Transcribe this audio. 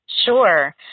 Sure